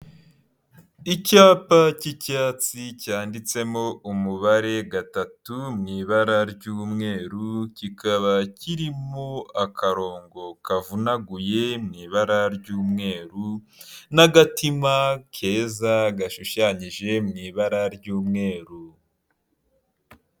Icyapa cy'icyatsi cyanditsemo umubare gatatu mu ibara ry'umweru, kikaba kirimo akarongo kavunaguye mu ibara ry'umweru n'agatima keza, gashushanyije mu ibara ry'umweru.